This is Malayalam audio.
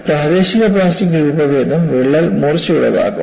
പ്രാദേശിക പ്ലാസ്റ്റിക് രൂപഭേദം വിള്ളൽ മൂർച്ചയുള്ളതാക്കും